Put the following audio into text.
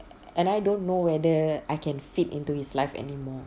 and I don't know whether I can fit into his life anymore